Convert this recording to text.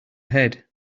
head